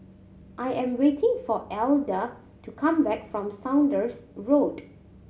I am waiting for Alida to come back from Saunders Road